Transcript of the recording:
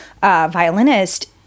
violinist